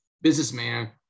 businessman